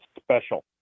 special